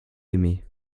aimé